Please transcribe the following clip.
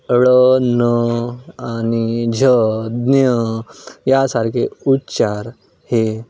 ळ न आणि झ ज्ञ यासारखे उच्चार हे